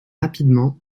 rapidement